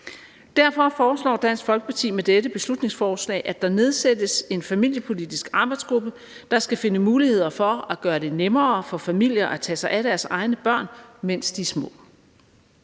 Derfor foreslår Dansk Folkeparti med dette beslutningsforslag, at der nedsættes en familiepolitisk arbejdsgruppe, der skal finde muligheder for at gøre det nemmere for familier at tage sig af deres egne børn, mens de er små.